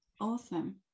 Awesome